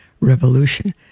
revolution